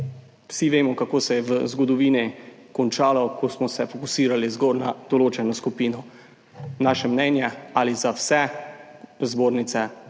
vsi vemo, kako se je v zgodovini končalo, ko smo se fokusirali zgolj na določeno skupino. Naše mnenje: ali za vse zbornice